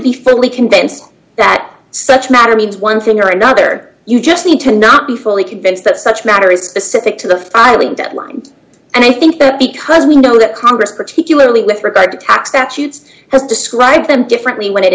fully convinced that such matter means one thing or another you just need to not be fully convinced that such matter is specific to the filing deadline and i think that because we know that congress particularly with regard to tax statutes has described them differently when it